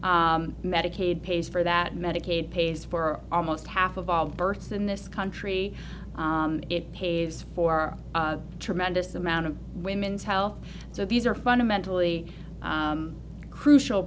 medicaid pays for that medicaid pays for almost half of all births in this country it pays for a tremendous amount of women's health so these are fundamentally crucial